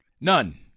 None